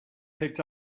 picked